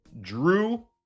Drew